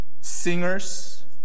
singers